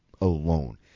alone